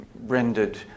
rendered